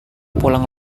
pulang